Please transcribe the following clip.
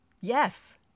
Yes